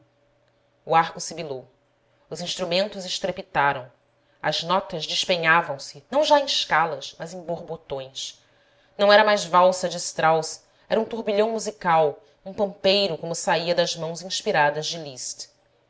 o arco sibilou os instrumentos estrepitaram as notas despenhavam se não já em escalas mas em borbotões não era mais valsa de strauss era um turbilhão musical um pampeiro como saía das mãos inspiradas de